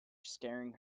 scaring